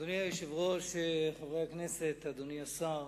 אדוני היושב-ראש, חברי הכנסת, אדוני השר,